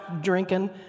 drinking